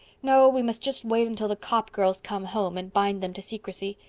no, we must just wait until the copp girls come home and bind them to secrecy.